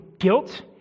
Guilt